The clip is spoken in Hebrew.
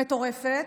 מטורפת,